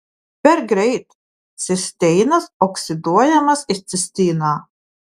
per greit cisteinas oksiduojamas į cistiną